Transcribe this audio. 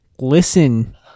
listen